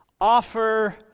Offer